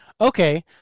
okay